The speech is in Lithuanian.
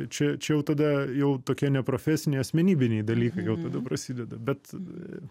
čia čia jau tada jau tokia ne profesiniai o asmenybiniai dalykai jau tada prasideda bet